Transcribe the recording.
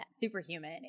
superhuman